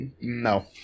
no